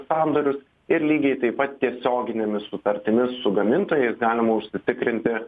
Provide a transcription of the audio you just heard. sandorius ir lygiai taip pat tiesioginėmis sutartimis su gamintojais galima užsitikrinti